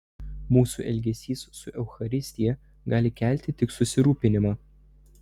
mūsų elgesys su eucharistija gali kelti tik susirūpinimą